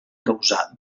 causar